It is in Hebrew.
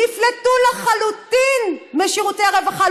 נפלטו לחלוטין משירותי הרווחה.